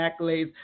accolades